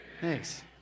Thanks